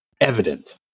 evident